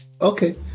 okay